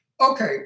Okay